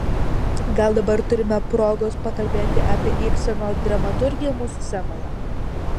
gal dabar turime progos pakalbėti apie ibseno dramaturgiją mūsų scenoje